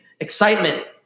excitement